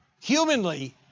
Humanly